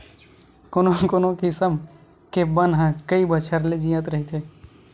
कोनो कोनो किसम के बन ह कइ बछर ले जियत रहिथे